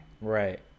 Right